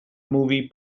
movie